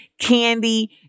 candy